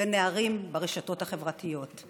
ונערים ברשתות החברתיות.